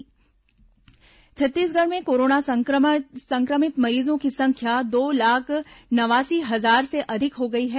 corona समाचार छत्तीसगढ़ में corona संक्रमित मरीजों की संख्या दो लाख नवासी हजार से अधिक हो गई है